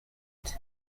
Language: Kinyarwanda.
ati